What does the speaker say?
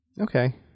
Okay